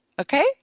okay